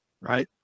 right